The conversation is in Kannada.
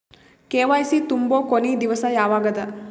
ಕೆ.ವೈ.ಸಿ ತುಂಬೊ ಕೊನಿ ದಿವಸ ಯಾವಗದ?